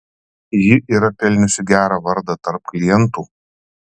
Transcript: ji yra pelniusi gerą vardą tarp klientų